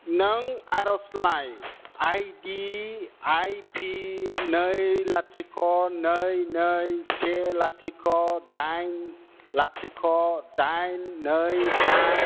नों आर'जलाइ I D I P नै लाथिख' नै नै से लाथिख' दाइन लाथिख' दाइन नै बा